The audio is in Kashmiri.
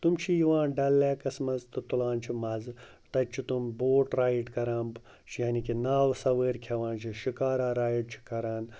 تِم چھِ یِوان ڈَل لیکَس منٛز تہٕ تُلان چھِ مَزٕ تَتہِ چھِ تِم بوٹ رایڈ کَران چھِ یعنی کہِ ناوٕ سَوٲرۍ کھٮ۪وان چھِ شِکارا رایِڈ چھِ کَران